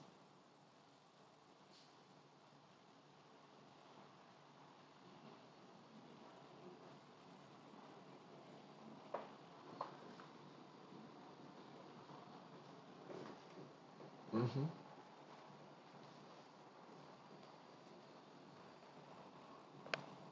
mmhmm